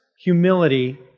humility